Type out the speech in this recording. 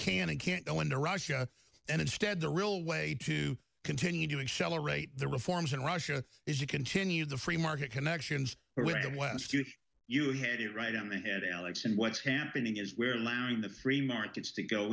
and can't go into russia and instead the real way to continue doing celebrate the reforms in russia is to continue the free market connections with the west you hit it right on the head alex and what's happening is we're allowing the free markets to go